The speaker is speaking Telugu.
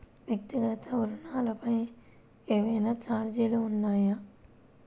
వ్యక్తిగత ఋణాలపై ఏవైనా ఛార్జీలు ఉన్నాయా?